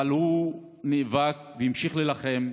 אבל הוא נאבק והמשיך להילחם.